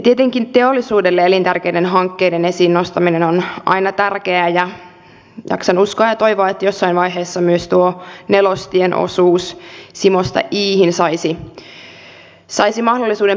tietenkin teollisuudelle elintärkeiden hankkeiden esiin nostaminen on aina tärkeää ja jaksan uskoa ja toivoa että jossain vaiheessa myös tuo nelostien osuus simosta iihin saisi mahdollisuuden perusparannukseen